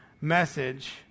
message